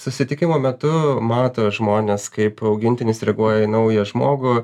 susitikimo metu mato žmonės kaip augintinis reaguoja į naują žmogų